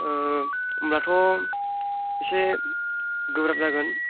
होमब्लाथ' एसे गोब्राब जागोन